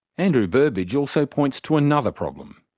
andrew burbidge also points to another problem.